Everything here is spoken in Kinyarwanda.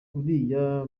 iriya